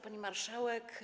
Pani Marszałek!